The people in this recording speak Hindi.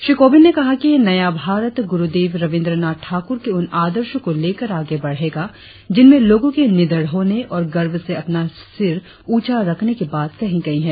श्री कोविंद ने कहा कि नया भारत गुरुदेव रवीद्रनाथ ठाकुर के उन आदर्शों को लेकर आगे बढ़ेगा जिनमें लोगों के निडर होने और गर्व से अपना सिर ऊंचा रखने की बात कही गई है